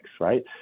right